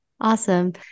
Awesome